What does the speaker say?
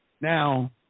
Now